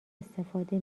استفاده